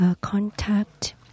contact